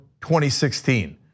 2016